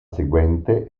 seguente